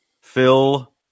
Phil